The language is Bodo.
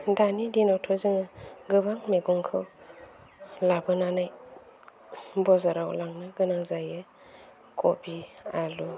दानि दिनावथ' जोङो गोबां मैगंखौ लाबोनानै बाजाराव लांनो गोनां जायो कबि आलु